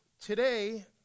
today